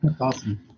Awesome